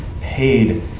paid